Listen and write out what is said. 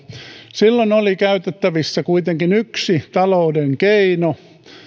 silloin oli käytettävissä kuitenkin yksi talouden keino